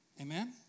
Amen